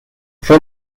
fue